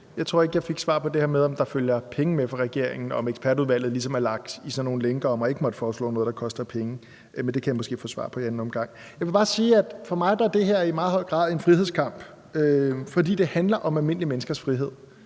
Jeg tror ikke, at jeg fik svar på det her med, om der følger penge med fra regeringen, og om ekspertudvalget ligesom er lagt i sådan nogle lænker og ikke må foreslå noget, der koster penge. Men det kan jeg måske få svar på i anden omgang. Jeg vil bare sige, at for mig er det her i meget høj grad en frihedskamp, fordi det handler om almindelige menneskers frihed.